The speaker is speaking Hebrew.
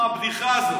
כמו הבדיחה הזאת.